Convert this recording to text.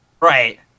Right